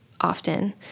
often